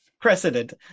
Precedent